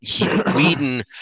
Whedon